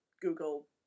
google